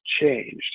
changed